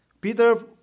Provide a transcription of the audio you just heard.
Peter